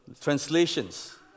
translations